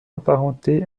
apparentée